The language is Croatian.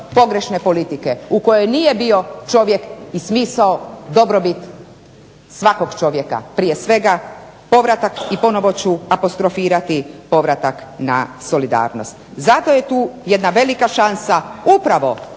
pogrešne politike u kojoj nije bio čovjek i smisao dobrobit svakog čovjeka prije svega povratak i ponovno ću apostrofirati povratak na solidarnost. Zato je to jedna velika šansa upravo